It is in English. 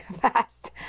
fast